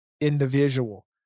individual